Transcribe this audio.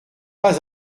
pas